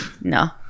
no